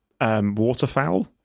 waterfowl